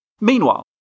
Meanwhile